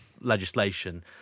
legislation